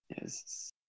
Yes